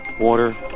water